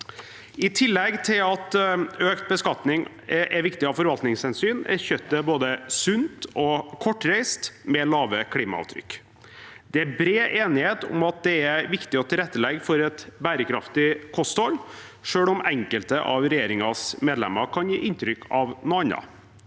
I tillegg til at økt beskatning er viktig av forvaltningshensyn, er kjøttet både sunt og kortreist med lave klimaavtrykk. Det er bred enighet om at det er viktig å tilrettelegge for et bærekraftig kosthold, selv om enkelte av regjeringens medlemmer kan gi inntrykk av noe annet.